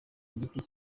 igiti